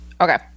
okay